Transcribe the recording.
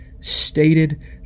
Stated